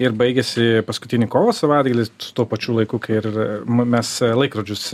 ir baigiasi paskutinį kovo savaitgalį su tuo pačiu laiku kai ir mes laikrodžius